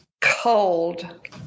cold